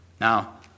Now